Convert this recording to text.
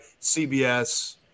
CBS